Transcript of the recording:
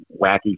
wacky